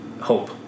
hope